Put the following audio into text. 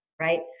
right